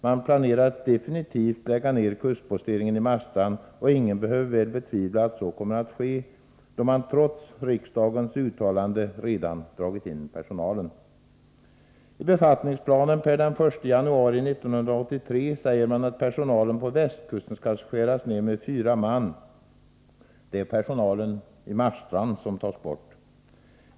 Man planerar att definitivt lägga ner kustposteringen i Marstrand, och ingen behöver väl betvivla att så kommer att ske, då man trots riksdagens uttalande redan dragit in personalen. I befattningsplanen per den 1 januari 1983 säger man att personalen på västkusten skall skäras ned med fyra man — det är personalen i Marstrand som tas bort.